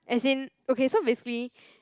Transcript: as in okay so basically